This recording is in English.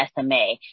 SMA